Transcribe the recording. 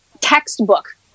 textbook